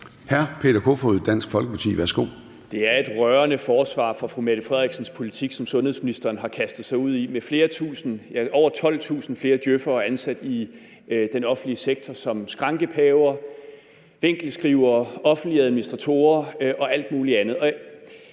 10:53 Peter Kofod (DF): Det er et rørende forsvar for fru Mette Frederiksens politik, som sundhedsministeren har kastet sig ud i, med over 12.000 flere djøf'ere ansat i den offentlige sektor som skrankepaver, vinkelskrivere, offentlige administratorer og alt mulig andet.